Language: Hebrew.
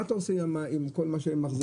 מה אתה עושה עם כל מה שמחזירים.